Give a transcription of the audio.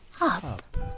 up